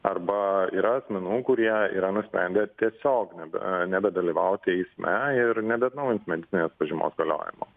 arba yra asmenų kurie yra nusprendę tiesiog nebe nebedalyvauti eisme ir nebeatnaujint medicininės pažymos galiojimo